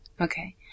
okay